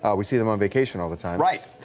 we see them on vacation all the time. right.